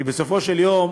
כי בסופו של יום,